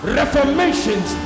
reformations